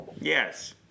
Yes